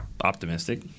Optimistic